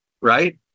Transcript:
Right